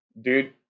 dude